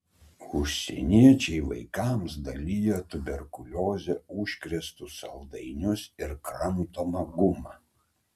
užsieniečiai vaikams dalija tuberkulioze užkrėstus saldainius ir kramtomą gumą